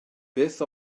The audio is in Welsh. beth